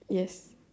yes